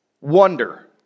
wonder